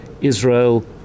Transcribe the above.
Israel